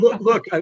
look